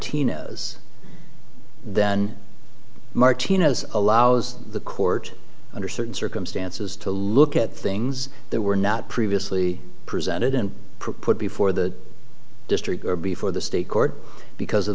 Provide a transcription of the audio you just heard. martino's then martinez allows the court under certain circumstances to look at things they were not previously presented and put before the district or before the state court because of